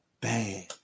Bad